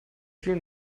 ziel